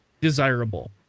desirable